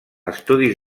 estudis